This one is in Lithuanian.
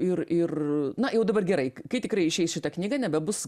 ir ir na jau dabar gerai kai tikrai išeis šita knyga nebebus